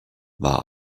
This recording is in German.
war